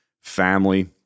family